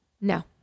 No